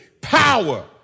power